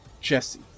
Jesse